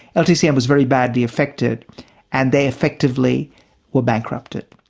ltcm was very badly affected and they effectively were bankrupted.